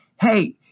hey